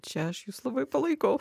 čia aš jus labai palaikau